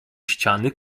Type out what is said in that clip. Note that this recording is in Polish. ściany